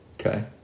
Okay